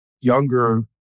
younger